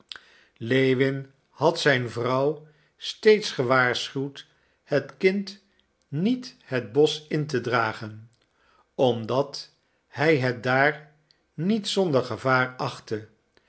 lewin had zijn vrouw steeds gewaarschuwd het kind niet het bosch in te dragen omdat hij het daar niet zonder gevaar achtte